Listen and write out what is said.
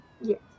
Yes